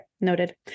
Noted